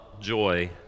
joy